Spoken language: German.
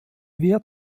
wird